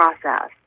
process